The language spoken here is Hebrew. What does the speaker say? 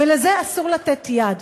ולזה אסור לתת יד.